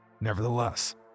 Nevertheless